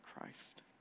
Christ